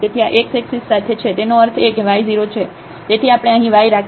તેથી આ xએક્સિસ સાથે છે તેનો અર્થ એ કે y0 છે તેથી આપણે અહીં y રાખ્યા છે